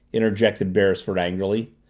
interjected beresford angrily.